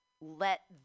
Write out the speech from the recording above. let